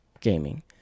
Gaming